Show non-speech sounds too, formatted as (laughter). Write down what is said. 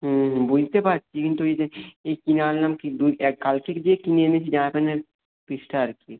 হুম হুম বুঝতে পারছি কিন্তু এই যে এই কিনে আনলাম (unintelligible) কালকে গিয়ে কিনে এনেছি জামা প্যান্টের পিসটা আর কি